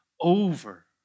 over